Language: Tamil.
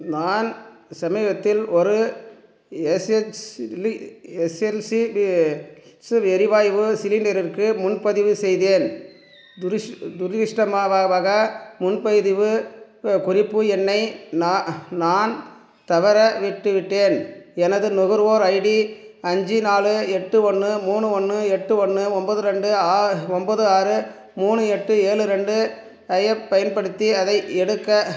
நான் சமீபத்தில் ஒரு எஸ்ஸெஸ்லி எஸ்ஸெஎல்சி எஸ்ஸெஎல் எரிவாய்வு சிலிண்டருக்கு முன்பதிவு செய்தேன் துரதிஷ்ட முன்பதிவு குறிப்பு எண்ணை நான் நான் தவற விட்டுவிட்டேன் எனது நுகர்வோர் ஐடி அஞ்சு நாலு எட்டு ஒன்று மூணு ஒன்று எட்டு ஒன்று ஒம்போது ரெண்டு ஒம்போது ஆறு மூணு எட்டு ஏழு ரெண்டு ஐப் பயன்படுத்தி அதை எடுக்க